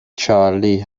چارلی